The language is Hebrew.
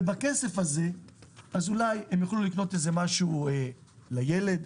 ובכסף הזה אולי הם יוכלו לקנות משהו לילד,